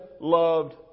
loved